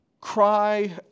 cry